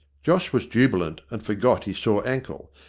josh was jubilant, and forgot his sore ankle.